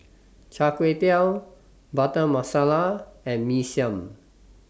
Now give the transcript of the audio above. Char Kway Teow Butter Masala and Mee Siam